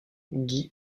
guy